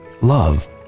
love